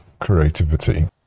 creativity